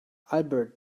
albert